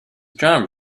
john